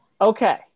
okay